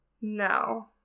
No